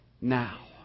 now